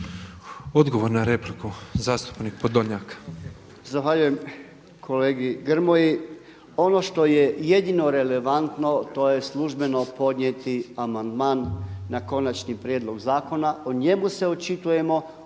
Odgovor na repliku zastupnik Podolnjak. **Podolnjak, Robert (MOST)** Zahvaljujem kolegi Grmoji. Ono što je jedino relevantno to je službeno podnijeti amandman na konačni prijedlog zakona. O njemu se očitujemo,